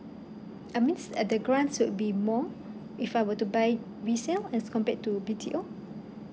uh means uh the grants would be more if I were to buy resale as compared to B_T_O